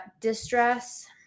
distress